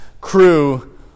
crew